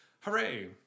Hooray